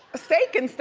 steak and stuff.